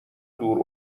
دور